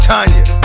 Tanya